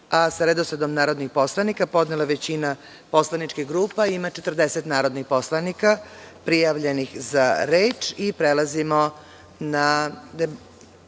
a sa redosledom narodnih poslanika podnele većina poslaničkih grupa, ima 40 narodnih poslanika prijavljenih za reč i prelazimo na deo